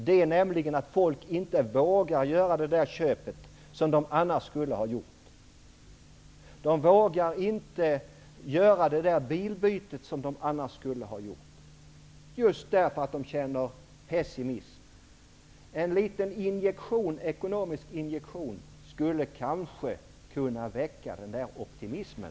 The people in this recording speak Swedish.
Folk vågar inte göra det köp som de annars skulle ha gjort, vågar inte göra det bilbyte som de annars skulle ha gjort -- just därför att de känner pessimism. En liten ekonomisk injektion skulle kanske kunna väcka optimismen,